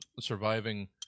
surviving